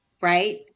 Right